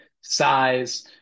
size